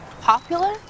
Popular